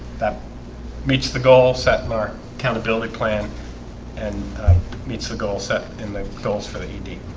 that meets the goal setting our accountability plan and meets the goal set and the goals for the idi